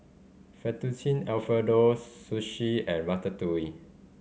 Fettuccine Alfredo Sushi and Ratatouille